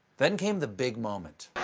then came the big moment.